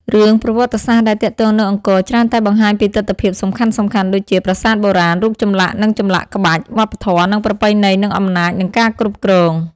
រឿងប្រវត្តិសាស្ត្រដែលទាក់ទងនឹងអង្គរច្រើនតែបង្ហាញពីទិដ្ឋភាពសំខាន់ៗដូចជា ប្រាសាទបុរាណ រូបចម្លាក់និងចម្លាក់ក្បាច់ វប្បធម៌និងប្រពៃណីនិងអំណាចនិងការគ្រប់គ្រង។